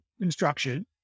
instruction